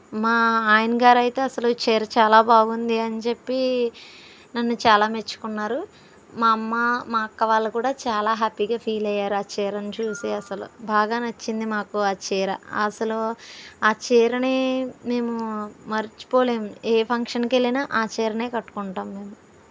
మా ఆయన గారు అయితే అసలు చీర చాలా బాగుంది అని చెప్పి నన్ను చాలా మెచ్చుకున్నారు మా అమ్మ మా అక్క వాళ్ళు కూడా చాలా హ్యాపీగా ఫీల్ అయ్యారు ఆ చీరను చూసి అసలు బాగా నచ్చింది మాకు ఆ చీర అసలు ఆ చీరని మేము మర్చిపోలేము ఏ ఫంక్షన్కి వెళ్ళినా ఆ చీరనే కట్టుకుంటాము మేము